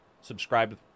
subscribe